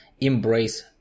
embrace